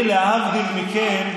אני, להבדיל מכם,